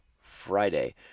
Friday